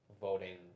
voting